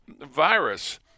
virus